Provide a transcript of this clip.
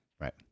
Right